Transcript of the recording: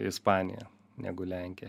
ispanija negu lenkija